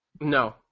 No